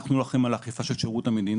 אנחנו לא אחראים על אכיפה של שירות המדינה,